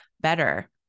better